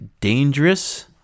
dangerous